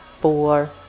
four